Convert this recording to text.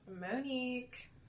Monique